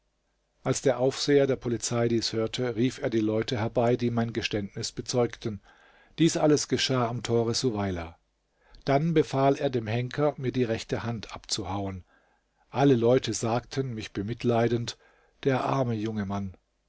als der aufseher der polizei dies hörte rief er leute herbei die mein geständnis bezeugten dies alles geschah am tore suweila dann befahl er dem henker mir die rechte hand abzuhauen alle leute sagten mich bemitleidend der arme junge mann